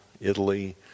Italy